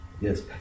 Yes